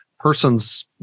person's